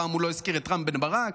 הפעם הוא לא הזכיר את רם בן ברק.